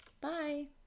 Bye